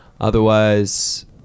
Otherwise